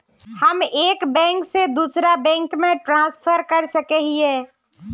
हम एक बैंक से दूसरा बैंक में ट्रांसफर कर सके हिये?